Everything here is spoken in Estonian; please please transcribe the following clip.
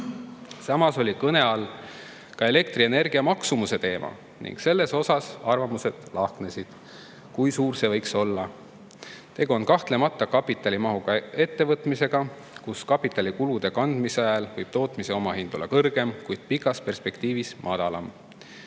Samas oli kõne all ka elektrienergia maksumuse teema ning arvamused selle kohta, kui suur see võiks olla, lahknesid. Tegu on kahtlemata kapitalimahuka ettevõtmisega, kus kapitalikulude kandmise ajal võib tootmise omahind olla kõrgem, kuid pikas perspektiivis madalam.